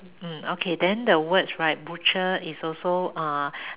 mm okay and the words right butcher is also uh